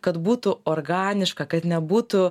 kad būtų organiška kad nebūtų